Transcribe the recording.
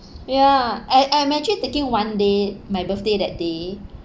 ya I I'm actually taking one day my birthday that day